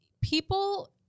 people